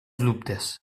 dubtes